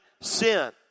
sin